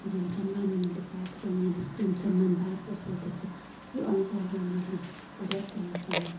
जुन सम्मान उनीहरूले पाएको छ उनीहरूले जुन सम्मान भारत वर्षले दिएको छ त्योअनसारले नै उनीहरूले पर्याप्त मात्रमा